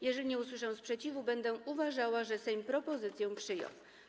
Jeżeli nie usłyszę sprzeciwu, będę uważała, że Sejm propozycję przyjął.